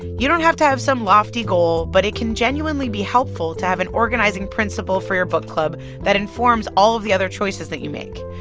you don't have to have some lofty goal, but it can genuinely be helpful to have an organizing principle for your book club that informs all of the other choices that you make.